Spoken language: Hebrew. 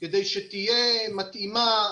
כדי שתהיה מתאימה